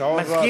השעון רץ.